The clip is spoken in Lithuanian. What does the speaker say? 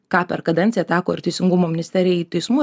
ką per kadenciją teko ir teisingumo ministerijai teismų reforma